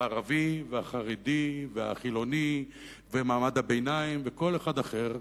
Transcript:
הערבי והחרדי והחילוני ומעמד הביניים וכל אחד אחר,